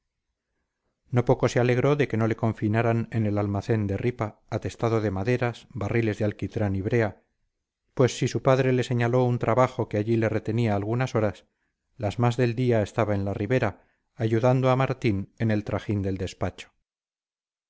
no poco se alegró de que no le confinaran en el almacén de ripa atestado de maderas barriles de alquitrán y brea pues si su padre le señaló un trabajo que allí le retenía algunas horas las más del día estaba en la ribera ayudando a martín en el trajín del despacho